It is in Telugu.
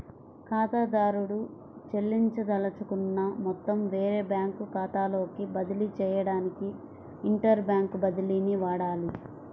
ఖాతాదారుడు చెల్లించదలుచుకున్న మొత్తం వేరే బ్యాంకు ఖాతాలోకి బదిలీ చేయడానికి ఇంటర్ బ్యాంక్ బదిలీని వాడాలి